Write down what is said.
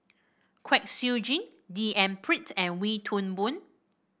Kwek Siew Jin D N Pritt and Wee Toon Boon